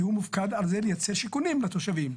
כי הוא מופקד על זה לייצר שיכונים לתושבים.